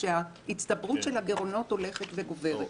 כשההצטברות של הגירעונות הולכת וגוברת.